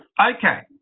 Okay